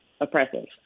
oppressive